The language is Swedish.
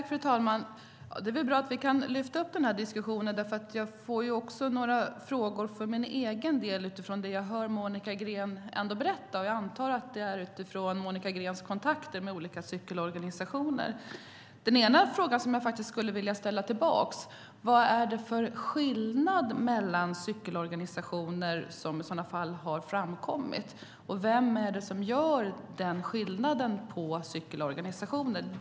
Fru talman! Det är väl bra att vi kan lyfta fram den här diskussionen, därför att jag får också frågor för egen del om det som Monica Green berättar, som jag antar är utifrån Monica Greens kontakter med olika cykelorganisationer. En fråga som jag skulle vilja ställa tillbaka är: Vad är det för skillnad mellan cykelorganisationer som har framkommit, och vem är det som gör den skillnaden på cykelorganisationer?